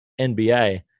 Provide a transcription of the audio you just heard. NBA